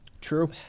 True